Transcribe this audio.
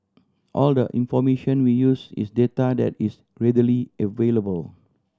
all the information we use is data that is readily available